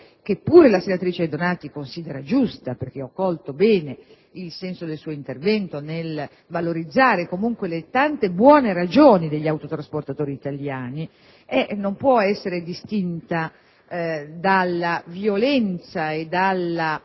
(che pure la senatrice Donati considera giusta, perché ho colto bene il senso del suo intervento nel valorizzare comunque le tante buone ragioni degli autotrasportatori italiani) non può essere distinta dalla violenza e dalla